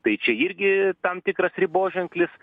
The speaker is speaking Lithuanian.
tai čia irgi tam tikras riboženklis